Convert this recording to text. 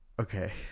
Okay